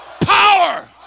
Power